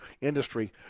industry